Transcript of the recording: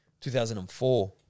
2004